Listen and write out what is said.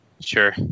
Sure